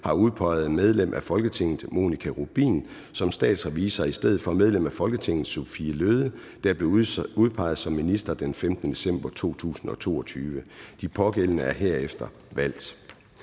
har udpeget medlem af Folketinget Monika Rubin som statsrevisor i stedet for medlem af Folketinget Sophie Løhde, der blev udpeget som minister den 15. december 2022. De pågældende er herefter valgt.